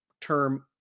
term